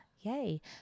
Yay